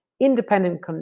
independent